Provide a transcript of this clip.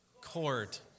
court